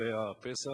אחרי הפסח,